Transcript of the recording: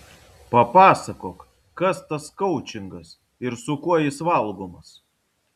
papasakok kas tas koučingas ir su kuo jis valgomas